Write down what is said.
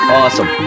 awesome